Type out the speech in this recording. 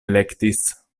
elektis